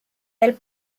del